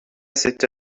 cette